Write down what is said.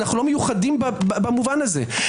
אנו לא מיוחדים במובן הזה.